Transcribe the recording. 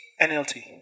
NLT